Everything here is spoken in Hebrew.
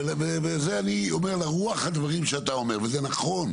את זה אני אומר לרוח הדברים שאתה אומר, וזה נכון.